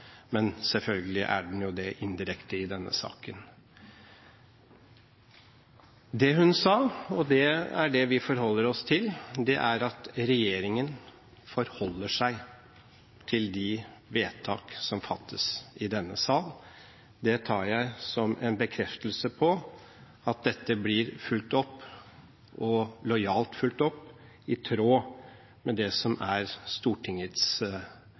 men selvfølgelig er den jo det indirekte i denne saken. Det hun sa, og det er det vi forholder oss til, er at regjeringen forholder seg til de vedtak som fattes i denne sal. Det tar jeg som en bekreftelse på at dette blir fulgt opp, og lojalt fulgt opp, i tråd med det som er Stortingets